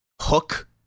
hook